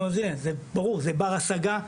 ברור, זה בר השגה.